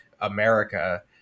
America